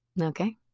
Okay